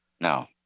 no